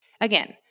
again